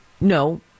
No